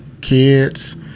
kids